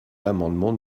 l’amendement